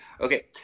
Okay